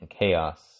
chaos